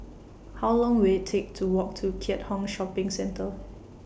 How Long Will IT Take to Walk to Keat Hong Shopping Centre